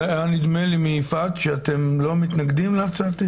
היה נדמה לי מיפעת שאתם לא מתנגדים להצעתי.